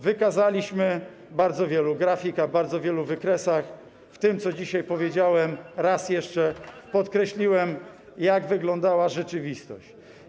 Wykazaliśmy - na bardzo wielu grafikach, na bardzo wielu wykresach, w tym, co dzisiaj powiedziałem, raz jeszcze podkreśliłem - jak wyglądała rzeczywistość.